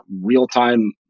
real-time